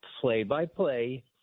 Play-by-play